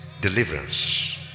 Deliverance